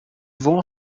vont